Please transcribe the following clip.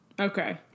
Okay